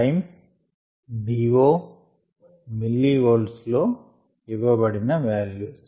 time DO millivolts లో ఇవ్వబడిన values